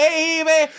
baby